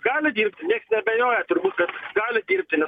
gali dirbti nieks neabejoja turbūt kad gali dirbti nes